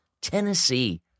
Tennessee